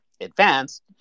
advanced